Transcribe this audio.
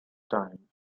time